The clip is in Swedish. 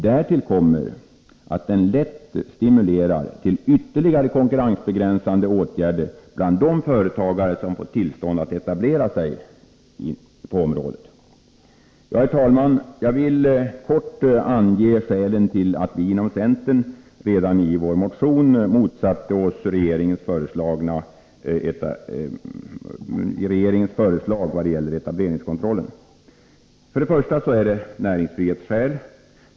Därtill kommer att den lätt stimulerar till ytterligare konkurrensbegränsande åtgärder bland de företagare som fått tillstånd att etablera sig på området.” Herr talman! Jag vill kort ange skälen till att vi inom centern redan i vår motion motsatte oss regeringens föreslag i vad gäller etableringskontrollen. Vi gör det för det första av näringsfrihetsskäl.